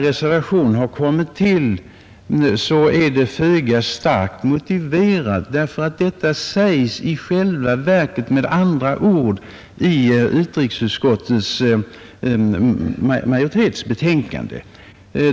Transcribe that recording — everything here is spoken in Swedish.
Reservationen är föga starkt motiverad, eftersom detsamma i själva verket sägs med andra ord av utrikesutskottets majoritet.